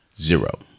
Zero